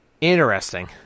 interesting